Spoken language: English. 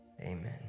amen